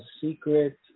secret